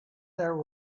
there